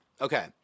Okay